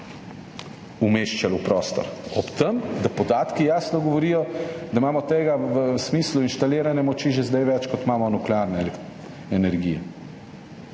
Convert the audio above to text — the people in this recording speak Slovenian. umeščali v prostor, ob tem, da podatki jasno govorijo, da imamo tega v smislu inštalirane moči že zdaj več, kot imamo nuklearne energije.